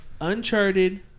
Uncharted